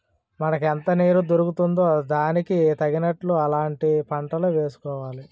మనకెంత నీరు దొరుకుతుందో దానికి తగినట్లు అలాంటి పంటలే వేసుకోవాలి